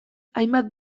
hainbat